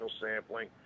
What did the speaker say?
sampling